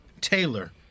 Taylor